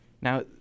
Now